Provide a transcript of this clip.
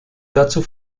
dazu